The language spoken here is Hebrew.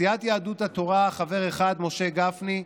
מסיעת יהדות התורה חבר אחד: משה גפני,